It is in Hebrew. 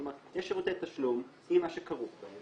כלומר יש שירותי תשלום עם מה שכרוך בהם,